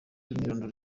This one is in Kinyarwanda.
imyirondoro